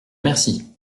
merci